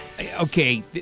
okay